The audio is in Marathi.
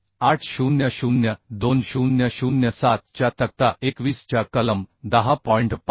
800 2007 च्या तक्ता 21 च्या कलम 10